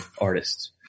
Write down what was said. artists